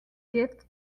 gift